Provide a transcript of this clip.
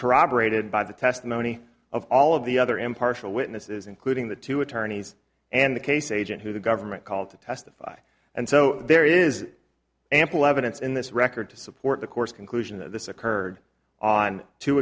corroborated by the testimony of all of the other impartial witnesses including the two attorneys and the case agent who the government called to testify and so there is ample evidence in this record to support the course conclusion that this occurred on two